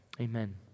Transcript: Amen